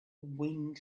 wind